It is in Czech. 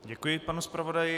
Děkuji panu zpravodaji.